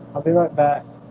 i'll be right back